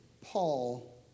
Paul